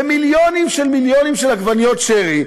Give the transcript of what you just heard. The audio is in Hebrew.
במיליונים של מיליונים של עגבניות שרי,